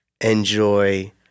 enjoy